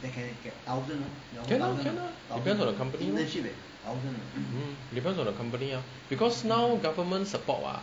can ah can ah depends on the company lor mm depends on the company lor because now government support [what]